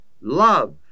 love